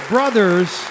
Brothers